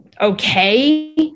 okay